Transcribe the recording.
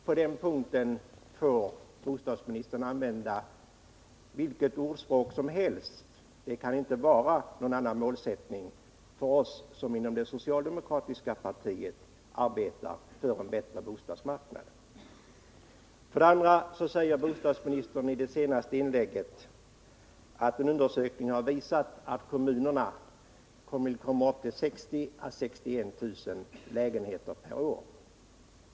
På den punkten får bostadsministern använda vilket ordspråk som helst — det kan inte finnas någon annan målsättning för oss som i det socialdemokratiska partiet arbetar för en bättre bostadsmarknad. Bostadsministern sade i det senaste inlägget att en undersökning visat att kommunerna kommit upp i 60 000-61 000 lägenheter per år.